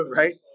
right